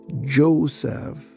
Joseph